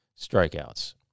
strikeouts